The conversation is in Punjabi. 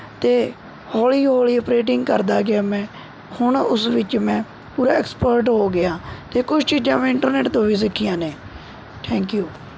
ਅਤੇ ਹੌਲੀ ਹੌਲੀ ਔਪਰੇਟਿੰਗ ਕਰਦਾ ਗਿਆ ਮੈਂ ਹੁਣ ਉਸ ਵਿੱਚ ਮੈਂ ਪੂਰਾ ਐਕਸਪਰਟ ਹੋ ਗਿਆ ਅਤੇ ਕੁਛ ਚੀਜ਼ਾਂ ਮੈਂ ਇੰਟਰਨੈਟ ਤੋਂ ਵੀ ਸਿੱਖੀਆਂ ਨੇ ਥੈਂਕ ਯੂ